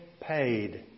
paid